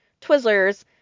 Twizzlers